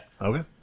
Okay